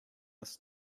this